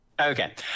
Okay